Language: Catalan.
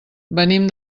venim